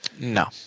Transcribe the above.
No